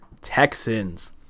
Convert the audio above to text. Texans